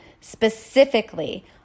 specifically